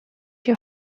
your